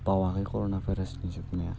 बावाखै कर'ना भाइरासनि जोबनाया